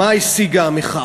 מה השיגה המחאה?